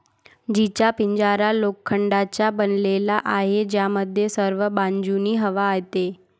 जीचा पिंजरा लोखंडाचा बनलेला आहे, ज्यामध्ये सर्व बाजूंनी हवा येते